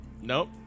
Nope